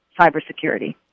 cybersecurity